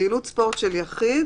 פעילות ספורט של יחיד,